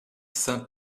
saint